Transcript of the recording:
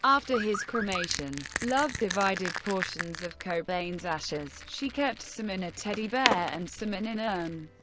after his cremation, love divided portions of cobain's ashes she kept some in a teddy bear and some in an urn.